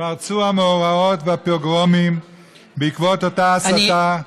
פרצו המאורעות והפוגרומים בעקבות אותה הסתה,